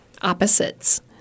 opposites